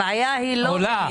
הבעיה עולה.